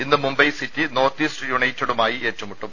ഇന്ന് Mumbai city north east യുണൈറ്റഡുമായി ഏറ്റുമുട്ടും